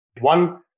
One